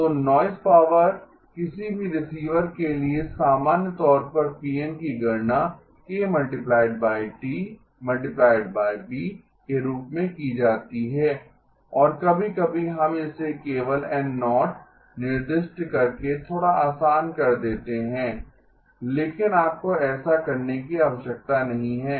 तो noise power किसी भी रिसीवर के लिए सामान्य तौर पर Pn की गणना k × T × B के रूप में की जाती है और कभी कभी हम इसे केवल N0 निर्दिष्ट करके थोड़ा आसान कर देते हैं लेकिन आपको ऐसा करने की आवश्यकता नहीं है